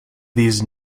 these